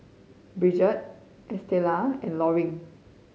Brigitte Estella and Loring